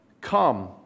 Come